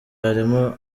harimo